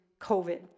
COVID